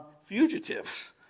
fugitives